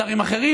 שרים אחרים,